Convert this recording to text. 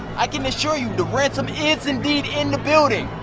i can assure you the ransom is indeed in the building.